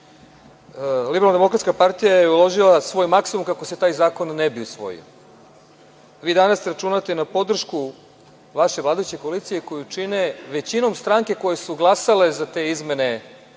Liberalno-demokratska partija je uložila svoj maksimum, kako se taj zakon ne bi usvojio. Vi danas računate na podršku vaše vladajuće koalicije koju čine većinom stranke koje su glasale za te izmene